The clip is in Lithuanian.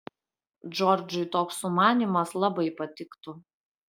džordžui toks sumanymas labai patiktų